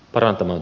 parantunut